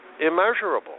immeasurable